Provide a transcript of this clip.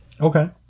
Okay